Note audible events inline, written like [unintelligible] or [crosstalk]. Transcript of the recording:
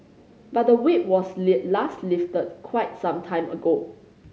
but the Whip was [unintelligible] last lifted quite some time ago